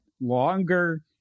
longer